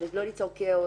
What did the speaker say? כדי שלא ליצור כאוס,